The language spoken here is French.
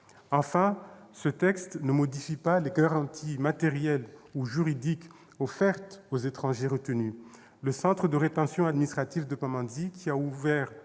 Enfin, ce texte ne modifie pas les garanties matérielles ou juridiques offertes aux étrangers retenus. Le centre de rétention administrative de Pamandzi, qui a ouvert